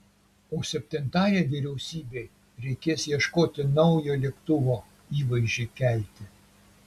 o septintajai vyriausybei reikės ieškoti naujo lėktuvo įvaizdžiui kelti